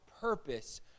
purpose